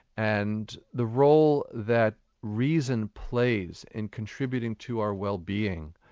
and the role that reason plays in contributing to our well-being,